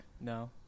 No